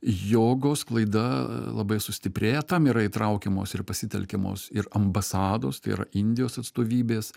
jogos sklaida labai sustiprėja tam yra įtraukiamos ir pasitelkiamos ir ambasados tai yra indijos atstovybės